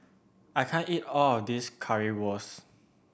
I can't eat all of this Currywurst